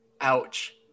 Ouch